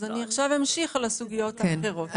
אז אני עכשיו אמשיך לסוגיות האחרות,